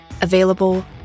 available